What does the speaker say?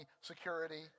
security